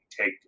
take